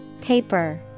Paper